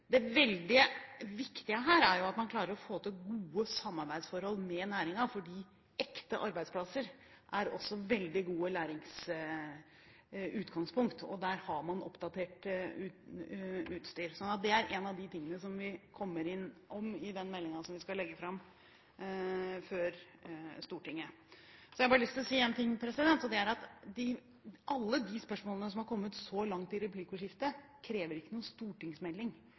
at man klarer å få til gode samarbeidsforhold med næringen, fordi ekte arbeidsplasser er også veldig gode læringsutgangspunkt, og der har man oppdatert utstyr. Det er én av tingene vi kommer inn på i meldingen vi skal legge fram for Stortinget. Jeg har lyst til å si én ting: Alle spørsmålene som har kommet så langt i replikkordskiftet, krever ikke noen stortingsmelding.